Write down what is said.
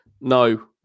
no